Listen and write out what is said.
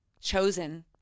chosen